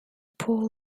paul